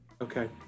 Okay